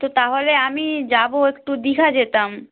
তো তাহলে আমি যাব একটু দীঘা যেতাম